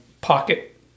pocket